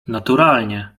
naturalnie